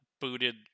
booted